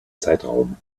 zeitraum